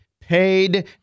paid